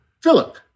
Philip